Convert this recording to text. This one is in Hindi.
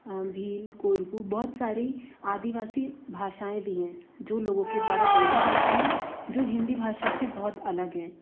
भील कोरगू बहुत सारी आदिवासी भाषाऍं भी हैं जो लोगों के द्वारा बोली जाती हैं जो हिन्दी भाषा से बहुत अलग है